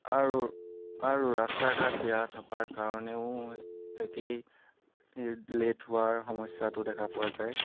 আৰু আৰু ৰাস্তা ঘাট বেয়া থকাৰ কাৰণেও একেই লেট হোৱাৰ সমস্যাটো দেখা পোৱা যায়